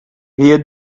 hear